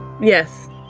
Yes